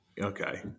Okay